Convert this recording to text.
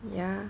ya